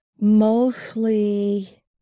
Mostly